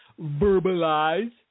verbalize